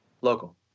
Local